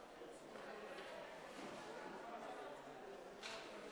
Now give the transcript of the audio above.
ואני לא ארשה שהדבר הזה יקרה במשמרת שלי.